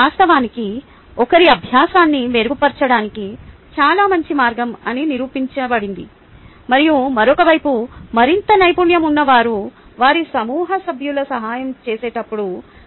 వాస్తవానికి ఒకరి అభ్యాసాన్ని మెరుగుపర్చడానికి చాలా మంచి మార్గం అని నిరూపించబడింది మరియు మరొక వైపు మరింత నైపుణ్యం ఉన్నవారు వారి సమూహ సభ్యులకు సహాయం చేసేటప్పుడు విషయాలు తేలికగా వస్తాయి